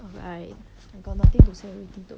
I I got nothing to say already though